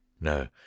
no